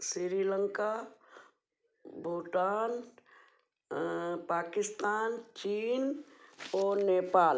स्रीलंका भूटान पाकिस्तान चीन और नेपाल